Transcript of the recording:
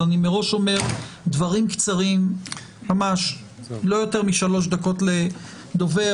אני מראש מבקש דברים קצרים לא יותר משלוש דקות לדובר.